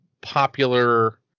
popular